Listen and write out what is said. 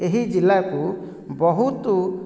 ଏହି ଜିଲ୍ଲାକୁ ବହୁତ